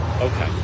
Okay